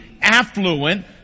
affluent